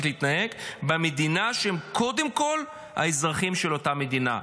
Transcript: להתנהג במדינה שהם קודם כול האזרחים של אותה מדינה,